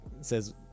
says